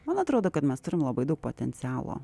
man atrodo kad mes turim labai daug potencialo